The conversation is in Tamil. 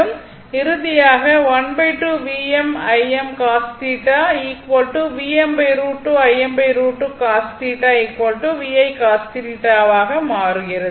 இறுதியாக ஆக மாறுகிறது